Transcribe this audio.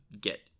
get